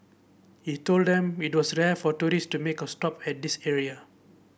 he told them it was rare for tourist to make a stop at this area